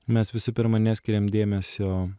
mes visi pirma neskiriam dėmesio